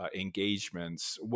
Engagements